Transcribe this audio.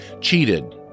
cheated